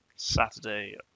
saturday